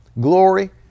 glory